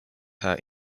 her